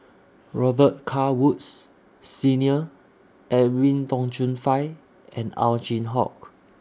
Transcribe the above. Robet Carr Woods Senior Edwin Tong Chun Fai and Ow Chin Hock